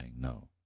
no